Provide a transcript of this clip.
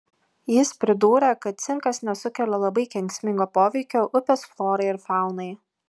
jis pridūrė kad cinkas nesukelia labai kenksmingo poveikio upės florai ir faunai